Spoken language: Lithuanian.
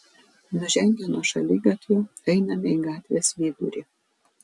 nužengę nuo šaligatvio einame į gatvės vidurį